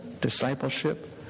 discipleship